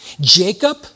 Jacob